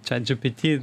chat gpt